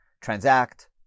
transact